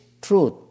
truth